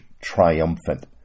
Triumphant